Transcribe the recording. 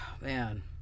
Man